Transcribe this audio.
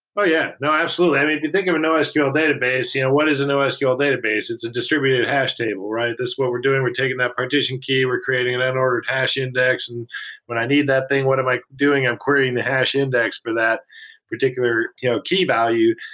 oh, yeah. no. absolutely. i mean, if you think of a nosql database, you know what is a nosql databases? it's a distributed hash table, right? this is what we're doing. we're taking that partition key. we're creating and and and hash index. and when i need that thing, what am i doing? i'm querying the hash index for that particular you know key value.